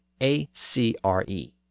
A-C-R-E